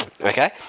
Okay